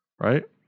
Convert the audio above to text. Right